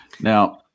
Now